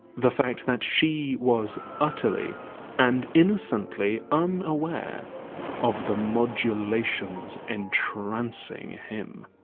the fact that she was utterly and innocently unaware of the modulations entrancing him.